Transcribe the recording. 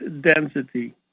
density